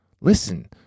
listen